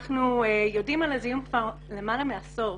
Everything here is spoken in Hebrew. אנחנו יודעים על הזיהום כבר למעלה מעשור.